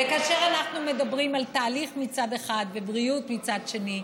וכאשר אנחנו מדברים על תהליך מצד אחד ובריאות מצד שני,